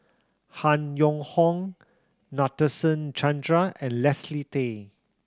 Han Yong Hong Nadasen Chandra and Leslie Tay